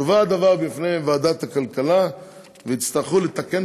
יובא הדבר בפני ועדת הכלכלה ויצטרכו לתקן